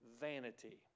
vanity